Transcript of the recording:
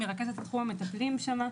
היא מרכזת את תחום המטפלים שם.